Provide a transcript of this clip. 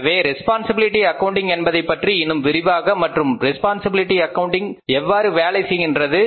எனவே responsibility accounting என்பதைப் பற்றி இன்னும் விரிவாக மற்றும் ரெஸ்பான்சிபிலிட்டி அக்கவுண்டிங் எவ்வாறு வேலை செய்கின்றது